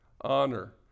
Honor